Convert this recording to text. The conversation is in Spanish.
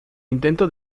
intento